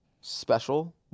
special